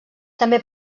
també